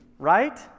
right